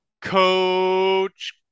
coach